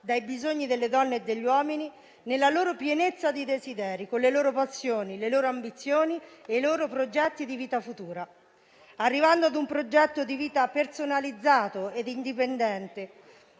dai bisogni delle donne e degli uomini nella pienezza dei loro desideri e con le loro passioni, ambizioni e progetti di vita futura, arrivando a un progetto di vita personalizzato ed indipendente,